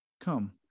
Come